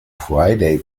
friday